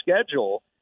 schedule